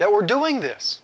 that we're doing this